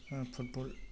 football